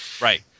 Right